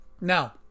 Now